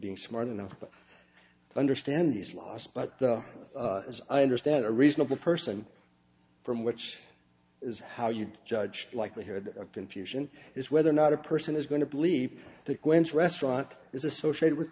being smart enough i understand these last but as i understand a reasonable person from which is how you judge likelihood of confusion is whether or not a person is going to bleep the quins restaurant is associated with